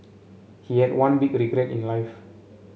he had one big regret in life